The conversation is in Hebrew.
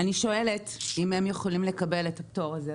אם הם יכולים לקבל את הפטור הזה,